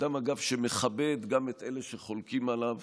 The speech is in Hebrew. אדם שמכבד גם את אלה שחולקים עליו.